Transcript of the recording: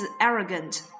arrogant